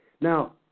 Now